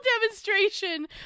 demonstration